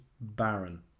Baron